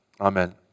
Amen